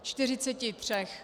Čtyřiceti třech.